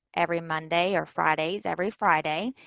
every monday or fridays, every friday.